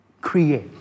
create